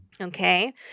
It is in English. Okay